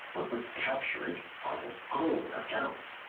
but would capture it on his own account.